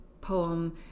poem